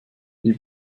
viel